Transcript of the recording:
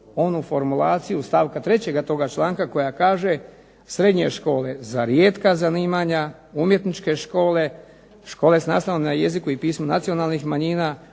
onu formulaciju iz stavka trećega toga članka koja kaže srednje škole za rijetka zanimanja, umjetničke škole, škole s nastavom na jeziku i pismu nacionalnih manjina,